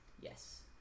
Yes